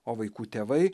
o vaikų tėvai